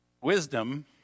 wisdom